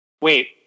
Wait